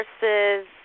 versus